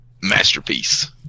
masterpiece